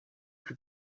plus